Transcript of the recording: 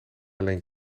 alleen